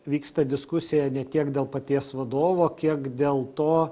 vyksta diskusija ne tiek dėl paties vadovo kiek dėl to